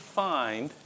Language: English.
find